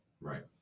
Right